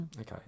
Okay